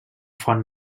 font